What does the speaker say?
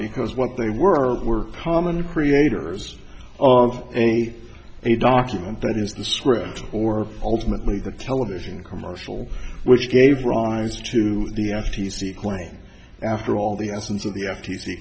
because what they were were common creators of a a document that is the script or ultimately the television commercial which gave rise to the f t c claim after all the essence of the f